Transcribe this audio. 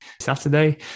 saturday